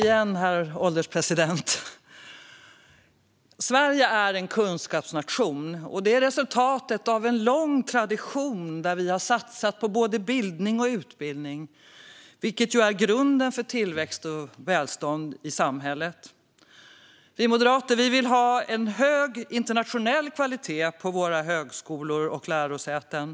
Herr ålderspresident! Sverige är en kunskapsnation. Det är resultatet av en lång tradition där vi har satsat på både bildning och utbildning, vilket är grunden för tillväxt och välstånd i samhället. Vi moderater vill ha en hög internationell kvalitet på våra högskolor och lärosäten.